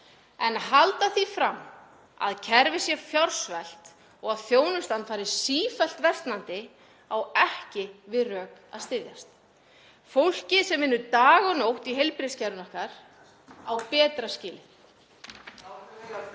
að halda því fram að kerfið sé fjársvelt og þjónustan fari sífellt versnandi á ekki við rök að styðjast. Fólkið sem vinnur dag og nótt í heilbrigðiskerfinu okkar á betra skilið.